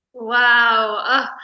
Wow